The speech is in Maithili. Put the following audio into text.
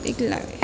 नीक लागैया